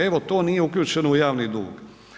Evo, to nije uključeno u javni dug.